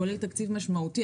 כולל תקציב משמעותי.